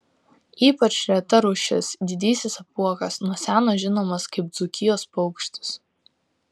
ypač reta rūšis didysis apuokas nuo seno žinomas kaip dzūkijos paukštis